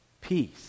Peace